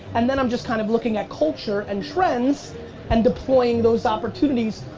and then i'm just kind of looking at culture and trends and deploying those opportunities.